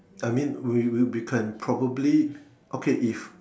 I mean we would we can probably okay if